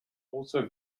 also